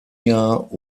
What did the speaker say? jahr